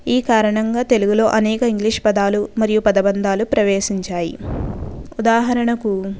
ఈ కారణంగా తెలుగులో అనేక ఇంగ్లీషు పదాలు మరియు పదభందాలు ప్రవేశించాయి ఉదాహరణకు